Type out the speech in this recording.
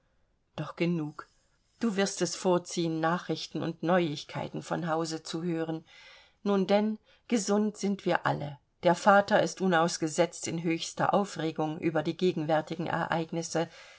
doch genug du wirst es vorziehen nachrichten und neuigkeiten von hause zu hören nun denn gesund sind wir alle der vater ist unausgesetzt in höchster aufregung über die gegenwärtigen ereignisse